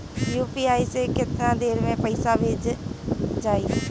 UPI से केतना देर मे पईसा भेजा जाई?